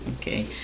okay